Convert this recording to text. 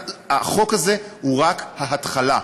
החוק הזה הוא רק ההתחלה.